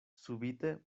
subite